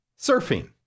surfing